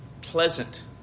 pleasant